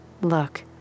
Look